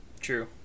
True